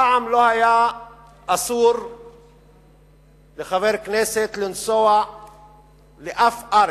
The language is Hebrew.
פעם לא אסרו על חברי כנסת לנסוע לאף ארץ,